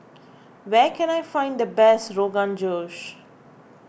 where can I find the best Rogan Josh